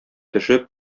төшеп